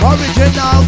Original